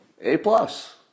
A-plus